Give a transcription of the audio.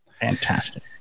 Fantastic